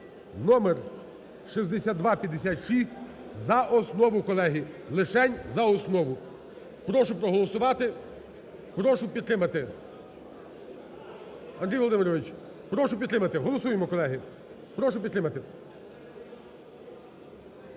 (№ 6256) за основу, колеги, лишень за основу. Прошу проголосувати, прошу підтримати. Андрій Володимирович, прошу підтримати. Голосуємо, колеги! Прошу підтримати.